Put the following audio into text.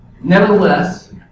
Nevertheless